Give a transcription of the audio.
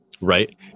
right